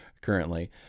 currently